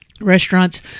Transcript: Restaurants